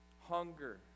hunger